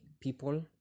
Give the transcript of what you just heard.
People